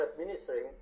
administering